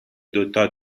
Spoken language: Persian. دوتا